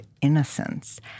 innocence